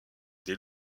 des